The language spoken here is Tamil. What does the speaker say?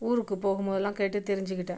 ஊருக்கு போகும் போதெலாம் கேட்டு தெரிஞ்சுக்கிட்டேன்